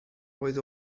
oedd